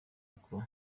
uko